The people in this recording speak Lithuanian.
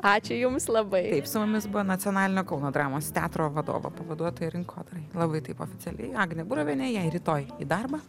ačiū jums labai taip su mumis buvo nacionalinio kauno dramos teatro vadovo pavaduotoja rinkodarai labai taip oficialiai agnė burovienė jai rytoj į darbą